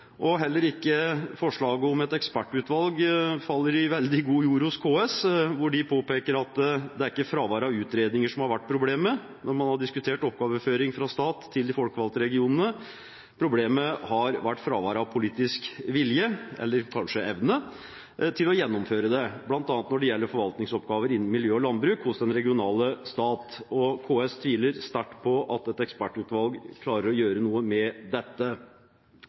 sett.» Heller ikke forslaget om et ekspertutvalg faller i veldig god jord hos KS, de påpeker at det er ikke fravær av utredninger som har vært problemet når man har diskutert oppgaveoverføring fra stat til de folkevalgte regionene. Problemet har vært fravær av politisk vilje – eller kanskje evne – til å gjennomføre det, bl.a. når det gjelder forvaltningsoppgaver innen miljø og landbruk hos den regionale stat. KS tviler sterkt på at et ekspertutvalg klarer å gjøre noe med dette.